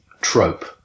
trope